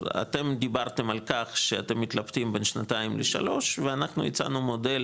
אתם דיברתם על כך שאתם מתלבטים בין שנתיים לשלוש ואנחנו הצענו מודל